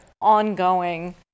ongoing